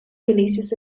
releases